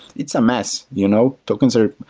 it's a mess. you know tokens are,